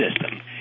system